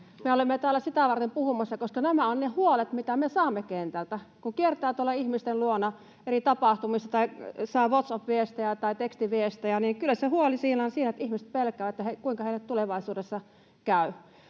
täällä sitä varten puhumassa, että nämä ovat ne huolet, mitä me saamme kentältä. Kun kiertää tuolla ihmisten luona eri tapahtumissa tai saa WhatsApp-viestejä tai tekstiviestejä, niin kyllä se huoli siellä on, että ihmiset pelkäävät, kuinka heille tulevaisuudessa käy.